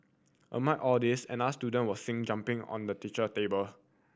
amid all this another student was seen jumping on the teacher table